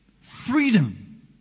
Freedom